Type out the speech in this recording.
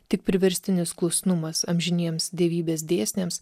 tik priverstinis klusnumas amžiniems dievybės dėsniams